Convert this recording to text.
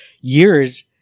years